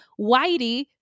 whitey